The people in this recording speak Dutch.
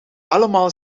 allemaal